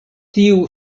tiu